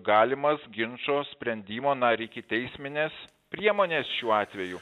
galimas ginčo sprendimo na ir ikiteismines priemones šiuo atveju